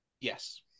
Yes